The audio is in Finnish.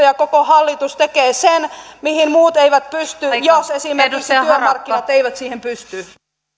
ja koko hallitus tekee sen mihin muut eivät pysty jos esimerkiksi työmarkkinat eivät siihen pysty